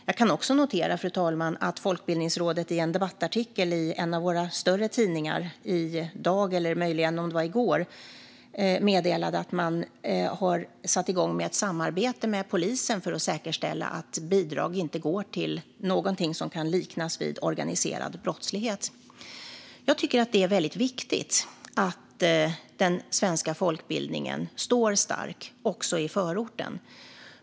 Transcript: Jag noterar också, fru talman, att Folkbildningsrådet i en debattartikel i en av våra större tidningar i går meddelade att man har satt igång ett samarbete med polisen för att säkerställa att bidrag inte går till någonting som kan liknas vid organiserad brottslighet. Jag tycker att det är viktigt att den svenska folkbildningen står stark, också i förorten.